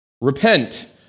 Repent